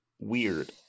weird